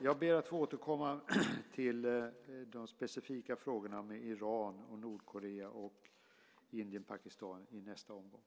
Jag ber att få återkomma till de specifika frågorna om Iran och Nordkorea samt Indien och Pakistan i nästa omgång.